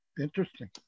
Interesting